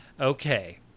okay